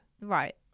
Right